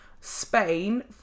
Spain